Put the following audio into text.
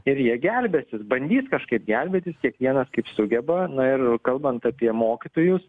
ir jie gelbėsis bandys kažkaip gelbėtis kiekvienas kaip sugeba na ir kalbant apie mokytojus